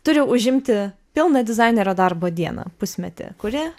turi užimti pilną dizainerio darbo dieną pusmetį kuri